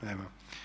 Nema.